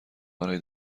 برای